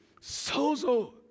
sozo